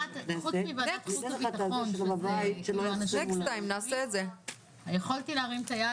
בשעה 12:00.